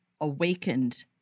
awakened